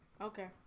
Okay